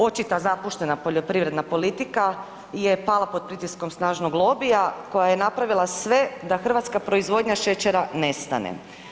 Očita zapuštena poljoprivredna politika je pala pod pritiskom snažnog lobija koja je napravila sve da hrvatska proizvodnja šećera nestane.